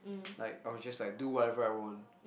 like I was just like do whatever I want